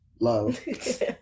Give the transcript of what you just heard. love